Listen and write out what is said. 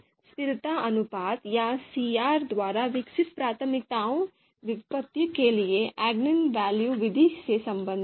तो Saaty स्थिरता अनुपात या सीआर द्वारा विकसित प्राथमिकताओं व्युत्पत्ति के लिए eigenvalue विधि से संबंधित है